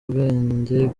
bwenge